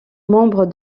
membre